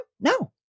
no